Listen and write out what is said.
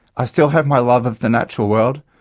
i still have my love of the natural world,